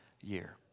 year